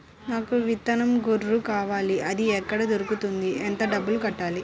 నాకు విత్తనం గొర్రు కావాలి? అది ఎక్కడ దొరుకుతుంది? ఎంత డబ్బులు కట్టాలి?